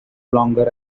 longer